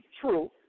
true